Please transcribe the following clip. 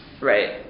right